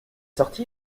sorti